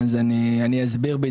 אני אסביר.